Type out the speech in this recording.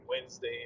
Wednesday